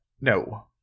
no